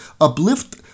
uplift